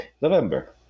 November